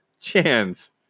chance